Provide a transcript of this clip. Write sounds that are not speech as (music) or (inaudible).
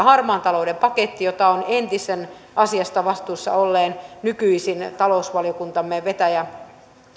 (unintelligible) harmaan talouden paketin jota on entisen asiasta vastuussa olleen nykyisin talousvaliokuntamme vetäjävastuulla